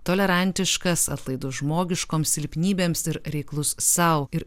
tolerantiškas atlaidus žmogiškoms silpnybėms ir reiklus sau ir